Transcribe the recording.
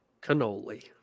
cannoli